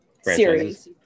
series